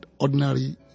ordinary